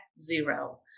zero